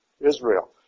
Israel